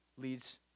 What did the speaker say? leads